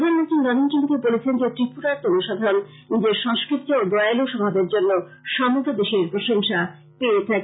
প্রধানমন্ত্রী নরেন্দ্র মোদী বলেছেন যে ত্রিপুরার জনসাধারণ নিজের সংস্কৃতি ও দয়ালু স্বভাবের জন্য সমগ্র দেশের প্রশংসা পেয়ে থাকে